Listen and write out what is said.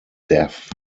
deaf